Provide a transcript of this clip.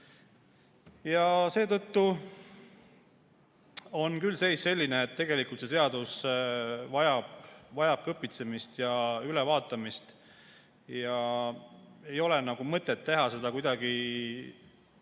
Seetõttu on küll seis selline, et tegelikult see seadus vajab kõpitsemist ja ülevaatamist. Ei ole mõtet teha seda kuidagi